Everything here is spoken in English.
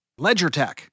LedgerTech